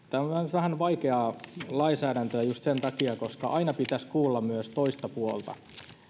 vähän vaikeaa lainsäädäntöä just sen takia koska aina pitäisi kuulla myös toista puolta